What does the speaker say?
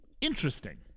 interesting